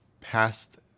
past